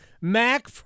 Mac